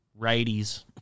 righties